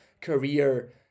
career